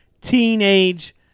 teenage